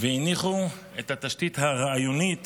והניחו את התשתית הרעיונית